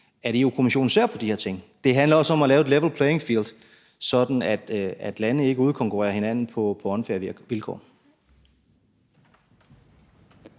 at Europa-Kommissionen ser på de her ting. Det handler også om at lave et level playing field, sådan at lande ikke udkonkurrerer hinanden på unfair vilkår.